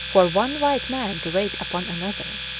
for one white man to wait upon another.